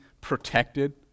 protected